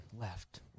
Left